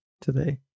today